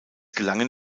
gelangen